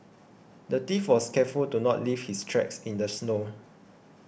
the thief was careful to not leave his tracks in the snow